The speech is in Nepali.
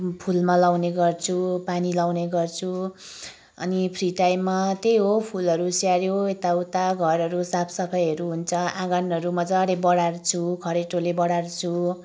फुलमा लगाउने गर्छु पानी लगाउने गर्छु अनि फ्री टाइममा त्यही हो फुलहरू स्याहऱ्यो यता उता घरहरू साफसफाइहरू हुन्छ आँगनहरू मजाले बढारछु खरेटोले बढारछु